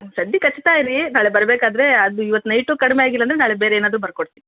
ಸದ್ಯಕ್ಕೆ ಹಚ್ತಾ ಇರಿ ನಾಳೆ ಬರಬೇಕಾದ್ರೆ ಅದು ಇವತ್ತು ನೈಟು ಕಡಿಮೆ ಆಗಿಲ್ಲಾಂದರೆ ನಾಳೆ ಬೇರೆ ಏನಾದರೂ ಬರ್ಕೊಡ್ತೀನಿ